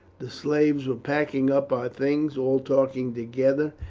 the slaves were packing up our things, all talking together,